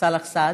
סאלח סעד,